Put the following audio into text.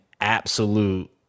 absolute